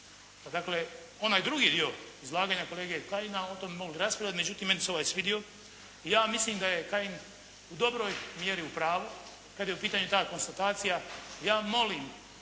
dakle, onaj drugi dio izlaganja kolege Kajina o tome bismo mogli raspravljati, međutim, meni se ovaj svidio i ja mislim da je Kajin u dobroj mjeri u pravu kada je u pitanju ta konstatacija, ja molim,